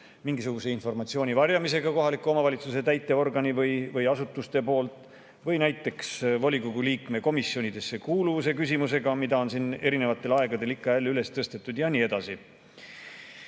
mingisuguse informatsiooni varjamisega kohaliku omavalitsuse täitevorgani või asutuste poolt või näiteks volikogu liikme komisjonidesse kuulumise küsimusega, mida on siin erinevatel aegadel ikka jälle üles tõstetud, ja nii edasi.